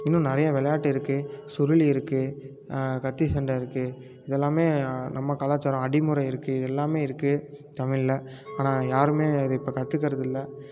இன்னும் நெறைய வெளாட்டு இருக்குது சுருளி இருக்குது கத்தி சண்டை இருக்குது இது எல்லாமே நம்ம கலாச்சாரம் அடிமுறை இருக்குது இது எல்லாமே இருக்குது தமிழில் ஆனால் யாருமே அது இப்போ கற்றுக்கறது இல்லை